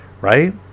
right